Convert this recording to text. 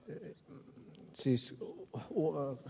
pyydän siis kuulu